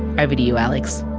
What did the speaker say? over to you alex.